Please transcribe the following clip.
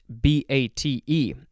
B-A-T-E